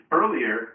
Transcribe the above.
earlier